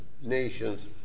nations